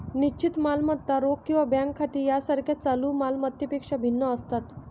निश्चित मालमत्ता रोख किंवा बँक खाती यासारख्या चालू माल मत्तांपेक्षा भिन्न असतात